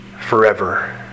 forever